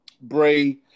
Bray